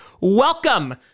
Welcome